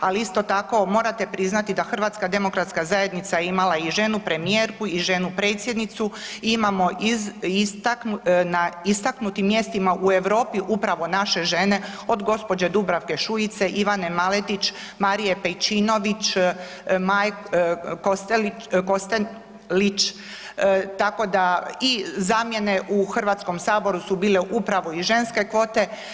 Ali isto tako morate priznati da Hrvatska demokratska zajednica imala je i ženu premijerku i ženu predsjednicu i imamo na istaknutim mjestima u Europi upravo naše žene od gospođe Dubravke Šujice, Ivane Maletić, Marije Pejčinović, Kostelić tako da i zamjene u Hrvatskom saboru su bile upravo i ženske kvote.